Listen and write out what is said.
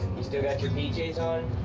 you still got your pjs on?